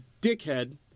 dickhead